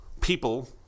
people